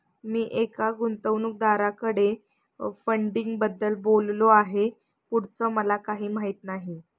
मी एका गुंतवणूकदाराकडे फंडिंगबद्दल बोललो आहे, पुढचं मला काही माहित नाही